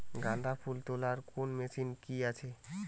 গাঁদাফুল তোলার কোন মেশিন কি আছে?